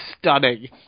stunning